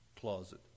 closet